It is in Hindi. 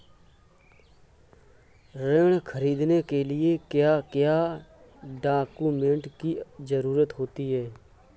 ऋण ख़रीदने के लिए क्या क्या डॉक्यूमेंट की ज़रुरत होती है?